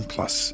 Plus